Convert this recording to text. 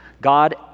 God